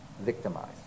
victimized